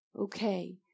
Okay